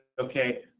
okay